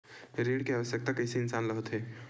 ऋण के आवश्कता कइसे इंसान ला होथे?